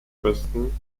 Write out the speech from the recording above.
preston